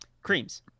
creams